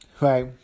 right